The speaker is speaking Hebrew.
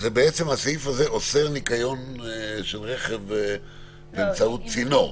בעצם הסעיף הזה אוסר ניקיון של רכב באמצעות צינור?